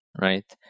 right